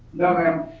no ma'am.